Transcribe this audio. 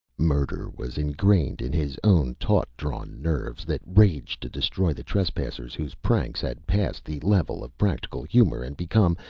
murder was engrained in his own taut-drawn nerves, that raged to destroy the trespassers whose pranks had passed the level of practical humor, and become,